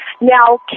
Now